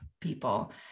people